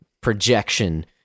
projection